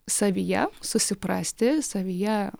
savyje susiprasti savyje